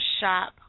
shop